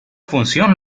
función